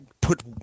put